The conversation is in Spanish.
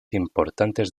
importantes